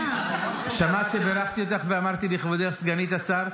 --- שמעת שברכתי אותך ואמרתי לכבודך סגנית השר?